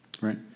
right